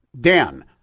Dan